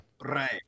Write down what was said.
right